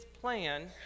plan